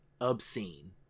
obscene